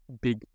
big